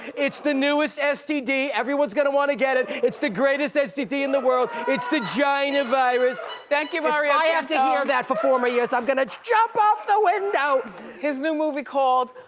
it's the newest std, everyone's gonna wanna get it. it's the greatest std in the world. it's the china virus. thank you, very i have to hear that for four more years, i'm gonna jump off the window! his new movie called,